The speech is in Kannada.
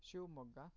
ಶಿವಮೊಗ್ಗ